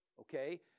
okay